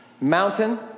Mountain